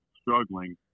struggling